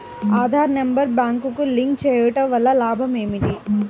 Aadhaar number బ్యాంక్నకు link చేయుటవల్ల లాభం ఏమిటి?